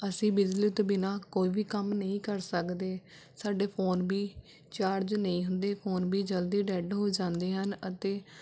ਅਸੀਂ ਬਿਜਲੀ ਤੋਂ ਬਿਨਾਂ ਕੋਈ ਵੀ ਕੰਮ ਨਹੀਂ ਕਰ ਸਕਦੇ ਸਾਡੇ ਫੋਨ ਵੀ ਚਾਰਜ ਨਹੀਂ ਹੁੰਦੇ ਫੋਨ ਵੀ ਜਲਦੀ ਡੈੱਡ ਹੋ ਜਾਂਦੇ ਹਨ ਅਤੇ